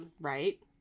right